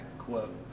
quote